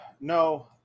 No